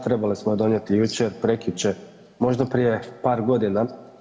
Trebali smo je donijeti, jučer, prekjučer, možda prije par godina.